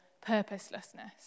purposelessness